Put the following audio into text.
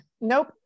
Nope